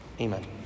Amen